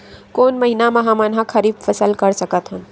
कोन महिना म हमन ह खरीफ फसल कर सकत हन?